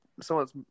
Someone's